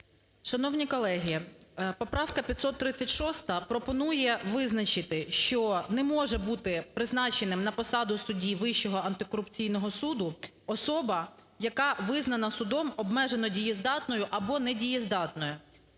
Шановні колеги, поправка 536 пропонує визначити, що не може бути призначеним на посаду судді Вищого антикорупційного суду особа, яка визнана судом обмежено дієздатною або недієздатною.